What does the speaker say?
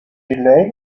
lay